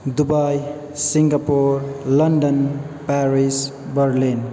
Dubai Singapore London Paris Berlin